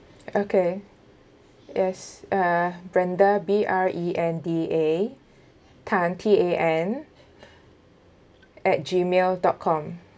okay yes uh brenda B R E N D A tan T A N at Gmail dot com